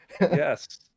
Yes